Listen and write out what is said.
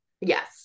Yes